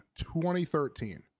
2013